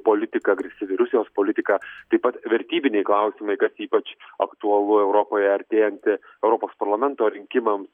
politika agresyvi rusijos politika taip pat vertybiniai klausimai kas ypač aktualu europoje artėjanti europos parlamento rinkimams